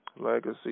Legacy